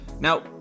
Now